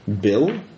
Bill